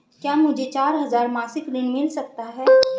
क्या मुझे चार हजार मासिक ऋण मिल सकता है?